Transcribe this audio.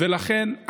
ולכן,